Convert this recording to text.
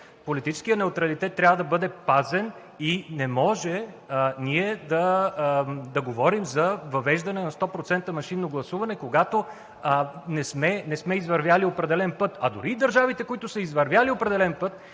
Политическият неутралитет трябва да бъде пазен и не може да говорим за 100% машинното гласуване, когато не сме извървяли определен път. Дори държавите, които са извървяли определен път